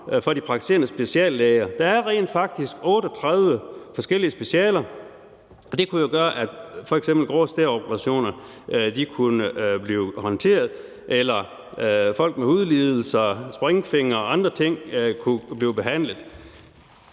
for de praktiserende speciallæger. Der er rent faktisk 38 forskellige specialer, og det kunne jo gøre, at f.eks. grå stær-operationer kunne blive håndteret, eller at folk med hudlidelser, springfingre og andre ting kunne blive behandlet.